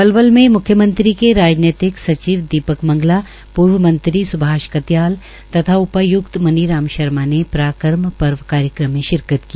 पलवल में मुख्यमंत्री के राजनैतिक सचिव दीपक मंगला प्र्व मंत्री स्भाष कत्याल तथा उपायुक्त मनीराम शर्मा ने पराक्रम पर्व कार्यक्रम से शिरकत की